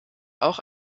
auch